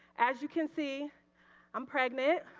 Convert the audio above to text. as you can see i'm pregnant.